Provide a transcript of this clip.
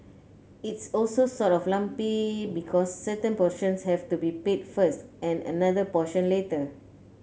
it's also sort of lumpy because certain portions have to be paid first and another portion later